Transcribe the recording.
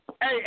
Hey